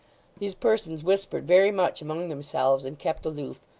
these persons whispered very much among themselves, and kept aloof,